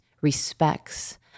respects